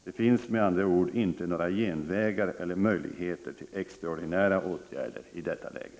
Det finns med andra ord inte några genvägar eller möjligheter till extraordinära åtgärder i detta läge.